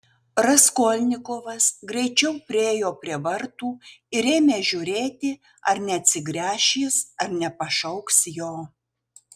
raskolnikovas greičiau priėjo prie vartų ir ėmė žiūrėti ar neatsigręš jis ar nepašauks jo